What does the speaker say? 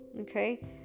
okay